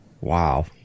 Wow